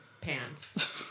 pants